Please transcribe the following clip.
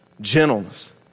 gentleness